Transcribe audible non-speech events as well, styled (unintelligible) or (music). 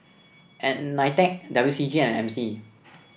(unintelligible) Nitec W C G and M C